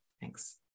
Thanks